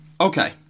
Okay